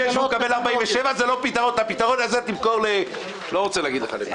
למענק האיזון על מנת לפתור את הבעיה ולא לפגוע בדימונה,